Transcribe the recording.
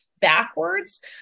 backwards